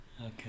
okay